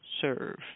serve